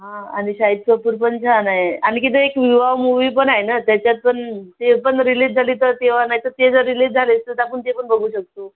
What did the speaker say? हां आणि शाहीद कपूर पण छान आहे आणखी तो एक विवाह मूवी पण आहे ना त्याच्यात पण ते पण रिलीज झाली तर तेव्हा नाही तर ते जर रिलीज झाली तर आपण ते पण बघू शकतो